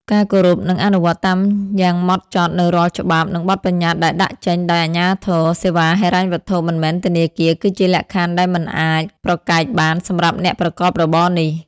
ការគោរព និងអនុវត្តតាមយ៉ាងម៉ត់ចត់នូវរាល់ច្បាប់ និងបទបញ្ញត្តិដែលដាក់ចេញដោយអាជ្ញាធរសេវាហិរញ្ញវត្ថុមិនមែនធនាគារ គឺជាលក្ខខណ្ឌដែលមិនអាចប្រកែកបានសម្រាប់អ្នកប្រកបរបរនេះ។